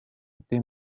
été